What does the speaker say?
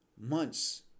months